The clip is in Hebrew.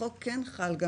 החוק כן חל על